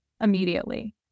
immediately